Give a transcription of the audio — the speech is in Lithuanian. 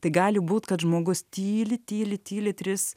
tai gali būt kad žmogus tyli tyli tyli tris